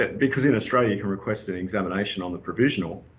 but because in australia you can request an examination on the provisional,